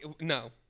no